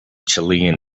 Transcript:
chilean